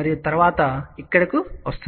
మరియు తరువాత ఇక్కడకు వస్తోంది